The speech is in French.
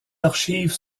archives